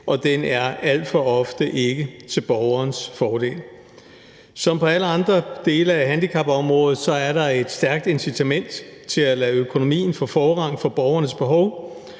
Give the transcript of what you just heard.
og den er alt for ofte ikke til borgerens fordel. Som på alle andre dele af handicapområdet er der et stærkt incitament til at lade økonomien få forrang for borgerens behov.